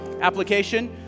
application